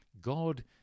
God